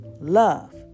love